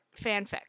fanfic